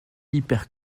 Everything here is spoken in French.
hyper